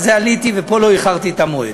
שלזה עליתי ופה לא איחרתי את המועד,